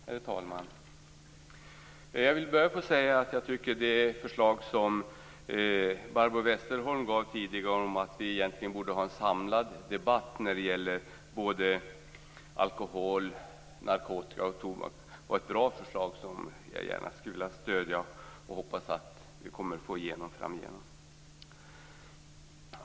Herr talman! Jag vill börja med att säga att Barbro Westerholms förslag om en samlad debatt om alkohol, narkotika och tobak var ett bra förslag som jag gärna stöder. Jag hoppas vi får igenom det framöver.